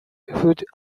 food